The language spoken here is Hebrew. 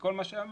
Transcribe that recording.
וכל מה שאמרתי,